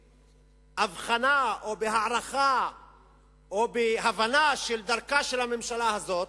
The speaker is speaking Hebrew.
בהבחנה או בהערכה או בהבנה את דרכה של הממשלה הזאת,